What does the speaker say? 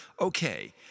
Okay